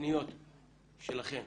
הפניות שלכם